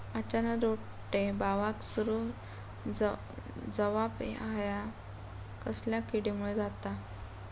अचानक रोपटे बावाक सुरू जवाप हया कसल्या किडीमुळे जाता?